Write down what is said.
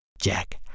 Jack